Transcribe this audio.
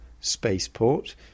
spaceport